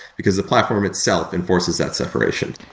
because the platform itself enforces that separation.